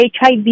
HIV